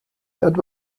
that